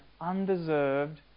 undeserved